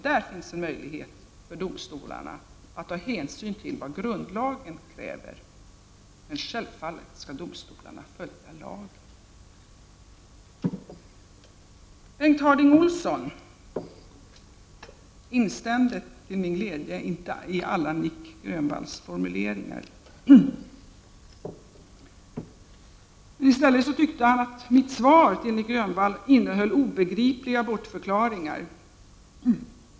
Där finns en möjlighet för domstolarna att ta hänsyn till vad grundlagen kräver. Men självfallet skall domstolarna följa lagen. Bengt Harding Olson instämde till min glädje inte i alla Nic Grönvalls formuleringar. I stället tyckte han att mitt svar till Nic Grövall innehöll obegripliga bortförklaringar.